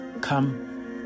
Come